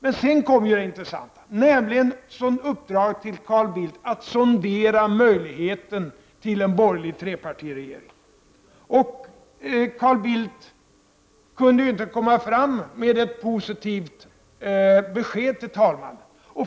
Men sedan kom det intressanta, nämligen uppdraget till Carl Bildt att sondera möjligheten till en borgerlig trepartiregering. Carl Bildt kunde inte komma fram med ett positivt besked till talmannen.